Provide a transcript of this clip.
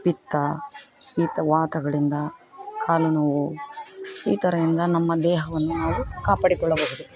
ಪಿತ್ತ ವೀತ ವಾತಗಳಿಂದ ಕಾಲುನೋವು ಈ ಥರದಿಂದ ನಮ್ಮ ದೇಹವನ್ನು ನಾವು ಕಾಪಾಡಿಕೊಳ್ಳಬಹುದು